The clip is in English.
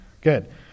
Good